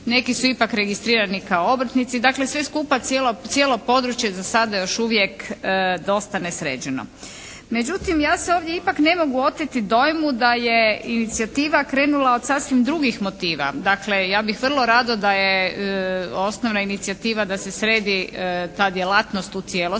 neki su ipak registrirani kao obrtnici. Dakle, sve skupa cijelo područje za sada još uvijek dosta nesređeno. Međutim, ja se ovdje ipak ne mogu oteti dojmu da je inicijativa krenula od sasvim drugih motiva. Dakle, ja bih vrlo rado da je osnovna inicijativa da se sredi ta djelatnost u cijelosti.